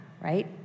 right